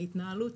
ההתנהלות